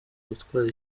gutwara